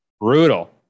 brutal